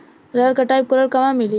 रहर कटाई उपकरण कहवा मिली?